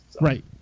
Right